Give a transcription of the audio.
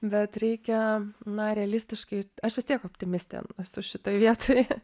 bet reikia na realistiškai aš vis tiek optimistė su šitoj vietoj